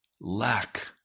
lack